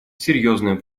серьезным